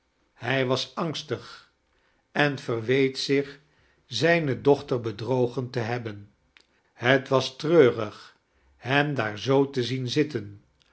hij was angstig en verweet zich zijne dochter bedrogen te hebben het was treurig hem daar zoo te zien zitten